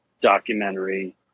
documentary